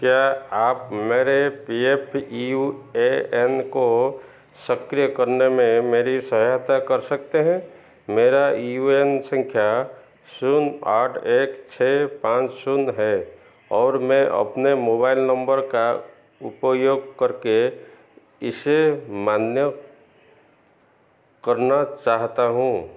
क्या आप मेरे P F U A N को सक्रिय करने में मेरी सहायता कर सकते हैं मेरा यू एन संख्या शून्य आठ एक छः पाँच शून्य है और मैं अपने मोबाइल नम्बर का उपयोग करके इसे मान्य करना चाहता हूँ